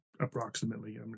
approximately